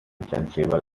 sensible